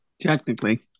Technically